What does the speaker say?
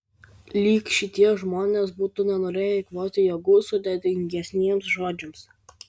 lyg šitie žmonės būtų nenorėję eikvoti jėgų sudėtingesniems žodžiams